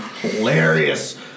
hilarious